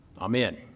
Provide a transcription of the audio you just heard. Amen